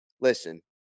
listen